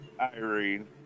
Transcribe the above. Irene